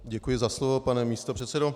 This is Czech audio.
Děkuji za slovo, pane místopředsedo.